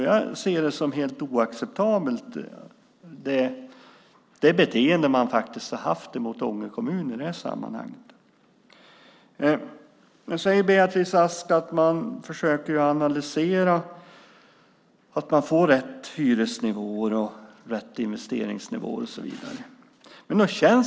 Jag ser det beteende man har visat mot Ånge kommun i det här sammanhanget som helt oacceptabelt. Beatrice Ask säger att man försöker analysera så att det blir rätt hyresnivåer, rätt investeringsnivåer och så vidare.